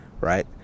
right